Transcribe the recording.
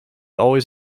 always